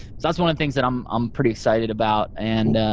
so that's one of the things that i'm um pretty excited about. and